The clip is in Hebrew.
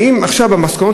האם במסקנות,